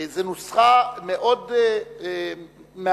זו נוסחה מאוד מעניינת,